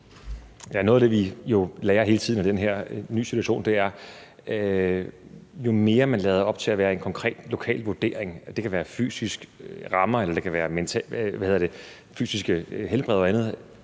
Noget af det, vi jo lærer hele tiden af den her nye situation, er, at når man lader det være op til en konkret lokal vurdering – det kan være fysiske rammer, fysisk helbred, smitte